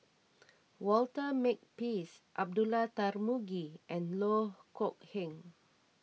Walter Makepeace Abdullah Tarmugi and Loh Kok Heng